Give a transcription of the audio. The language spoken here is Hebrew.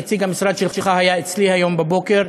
נציג המשרד שלך היה אצלי הבוקר,